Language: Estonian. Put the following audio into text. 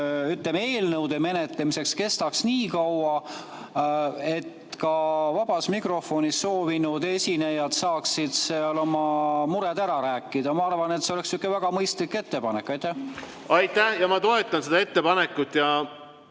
eelnõude menetlemiseks võiks kesta just nii kaua, et ka vabas mikrofonis esineda soovijad saaksid seal oma mured ära rääkida. Ma arvan, et see on sihuke väga mõistlik ettepanek. Aitäh! Ma toetan seda ettepanekut